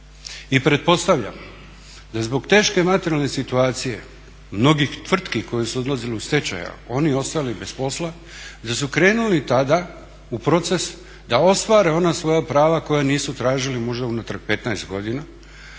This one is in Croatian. I pretpostavljam da zbog teške materijalne situacije mnogih tvrtki koje su odlazile u stečaj, oni ostali bez posla, da su krenuli tada u proces da ostvare ona svoja prava koja nisu tražili unatrag 15 godina